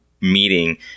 meeting